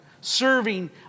serving